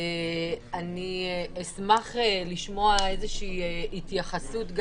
אני אשמח לשמוע איזושהי התייחסות.